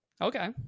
okay